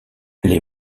les